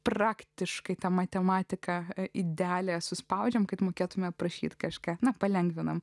praktiškai ta matematika indelyje suspaudžiame kad mokėtumėme prašyti kažką na palengviname